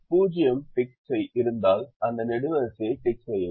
0 tick இருந்தால் அந்த நெடுவரிசையை டிக் செய்யவும்